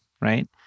right